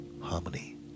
harmony